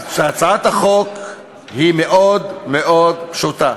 הצעת החוק היא מאוד מאוד פשוטה: